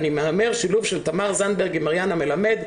אני מהמר שילוב של תמר זנדברג עם אריאנה מלמד,